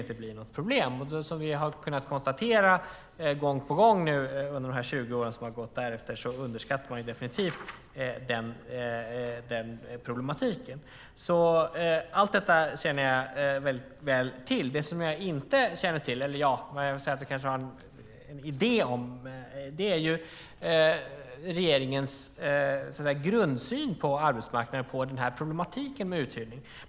Men som vi har kunnat konstatera gång på gång under de 20 år som har gått därefter underskattade man definitivt den problematiken. Allt detta känner jag till väldigt väl. Det som jag inte känner till, men kanske har en idé om, är regeringens grundsyn på arbetsmarknaden och problematiken med uthyrning.